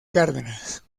cárdenas